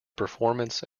performance